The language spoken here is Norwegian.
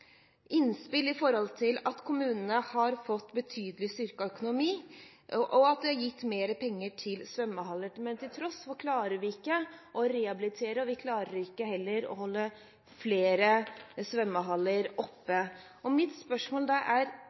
innspill om at til tross for at kommunene har fått betydelig styrket økonomi og det er gitt mer penger til svømmehaller, klarer vi ikke å rehabilitere, og vi klarer heller ikke å holde flere svømmehaller åpne. Når vi vet at svømming er